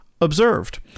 observed